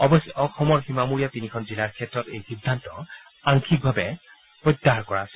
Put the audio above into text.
অৱশ্যে অসমৰ সীমামূৰীয়া তিনিখন জিলাৰ ক্ষেত্ৰত এই সিদ্ধান্ত আংশিকভাৱে বাতিল কৰা হৈছে